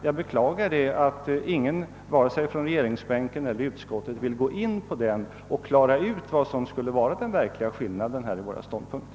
Jag beklagar att ingen från vare sig regeringsbänken eller utskottet vill gå in på kärnfrågan i detta fall och klara ut vad som skulle vara skillnaden i våra ståndpunkter.